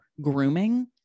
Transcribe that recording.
grooming